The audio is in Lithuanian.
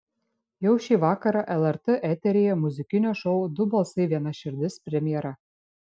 jau šį vakarą lrt eteryje muzikinio šou du balsai viena širdis premjera